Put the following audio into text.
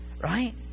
Right